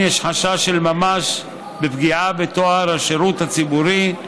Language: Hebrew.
שבהן יש חשש של ממש מפגיעה בטוהר השירות הציבורי,